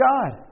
God